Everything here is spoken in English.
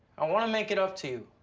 i wanna make it up to